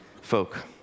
folk